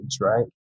right